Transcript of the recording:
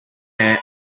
air